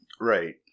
Right